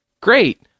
Great